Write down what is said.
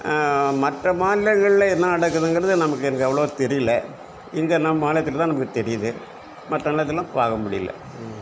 மற்ற மாநிலங்களில் என்ன நடக்குதுங்கிறது நமக்கு எனக்கு அவ்வளோவா தெரியலை இங்கே நம் மாநிலத்தில் தான் நமக்கு தெரியுது மற்ற இடத்துலலாம் பார்க்க முடியலை